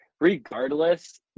regardless